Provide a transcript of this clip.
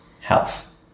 health